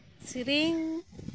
ᱥᱮᱨᱮᱧ